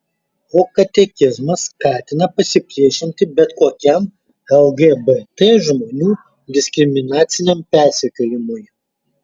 o katekizmas skatina pasipriešinti bet kokiam lgbt žmonių diskriminaciniam persekiojimui